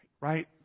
right